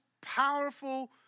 powerful